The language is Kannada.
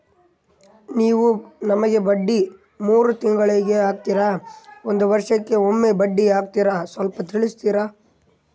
ನೀವು ನಮಗೆ ಬಡ್ಡಿ ಮೂರು ತಿಂಗಳಿಗೆ ಹಾಕ್ತಿರಾ, ಒಂದ್ ವರ್ಷಕ್ಕೆ ಒಮ್ಮೆ ಬಡ್ಡಿ ಹಾಕ್ತಿರಾ ಸ್ವಲ್ಪ ತಿಳಿಸ್ತೀರ?